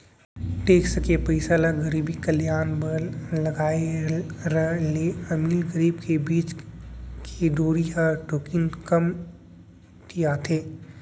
tax के पइसा ल गरीब कल्यान बर लगाए र ले अमीर गरीब के बीच के दूरी ह थोकिन कमतियाथे